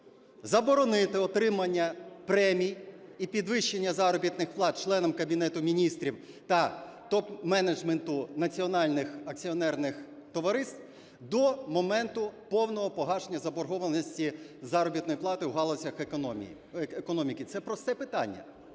заборонити отримання премій і підвищення заробітних плат членам Кабінету Міністрів та топ-менеджменту національних акціонерних товариств до моменту повного погашення заборгованості з заробітної плати в галузі економіки. Це просте питання.